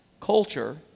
culture